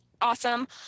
awesome